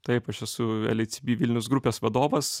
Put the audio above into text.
taip aš esu lhcb vilniaus grupės vadovas